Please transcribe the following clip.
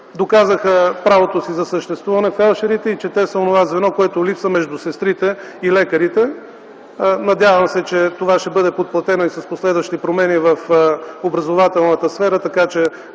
доказаха правото си на съществуване и че те са онова звено, което липсва между сестрите и лекарите. Надявам се, че това ще бъде подплатено и с последващи промени в образователната сфера, така че